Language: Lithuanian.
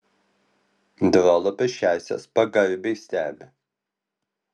drolapas šiąsias pagarbiai stebi